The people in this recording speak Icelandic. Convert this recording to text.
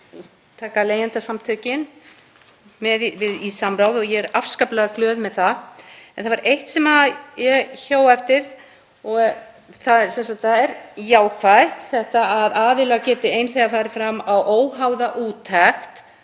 að að taka Leigjendasamtökin með í samráð og ég er afskaplega glöð með það. En það var eitt sem ég hjó eftir, og það er jákvætt, þ.e. að aðilar geti einhliða fari fram á óháða úttekt